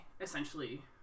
essentially